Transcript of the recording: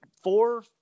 four